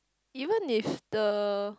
even if the